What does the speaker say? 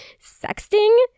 Sexting